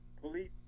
police